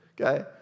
Okay